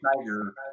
tiger